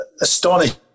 Astonishing